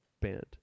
band